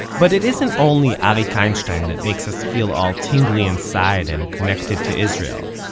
but it isn't only arik einstein that makes us feel all tingly inside and connected to israel.